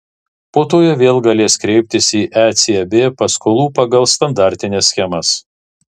po to jie vėl galės kreiptis į ecb paskolų pagal standartines schemas